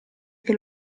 che